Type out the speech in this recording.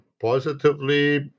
positively